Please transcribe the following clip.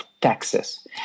taxes